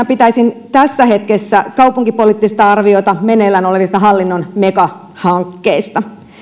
pitäisin akuuttina tässä hetkessä kaupunkipoliittista arviota meneillään olevista hallinnon megahankkeista